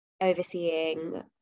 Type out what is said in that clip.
overseeing